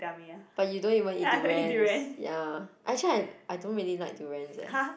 but you don't even eat durians ya actually I I don't really like durians eh